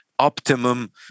optimum